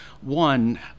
one